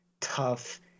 tough